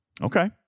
Okay